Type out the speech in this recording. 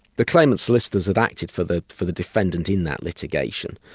the claimant's solicitors had acted for the for the defendant in that litigation,